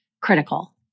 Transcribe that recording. critical